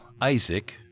Isaac